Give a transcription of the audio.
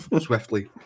swiftly